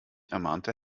ermahnte